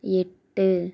எட்டு